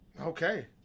Okay